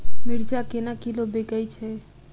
मिर्चा केना किलो बिकइ छैय?